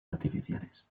artificiales